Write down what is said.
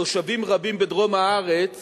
תושבים רבים בדרום הארץ